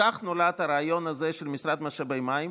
כך נולד הרעיון הזה של משרד משאבי המים.